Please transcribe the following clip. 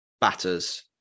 batters